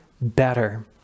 better